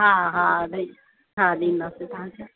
हा हा ॾई हा ॾींदासी तव्हांखे